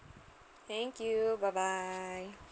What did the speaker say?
thank you bye bye